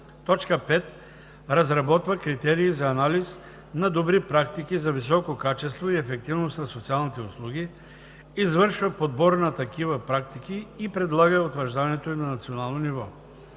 5. разработва критерии за анализ на добри практики за високо качество и ефективност на социалните услуги, извършва подбор на такива практики и предлага утвърждаването им на национално ниво;